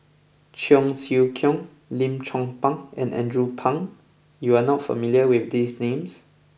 Cheong Siew Keong Lim Chong Pang and Andrew Phang you are not familiar with these names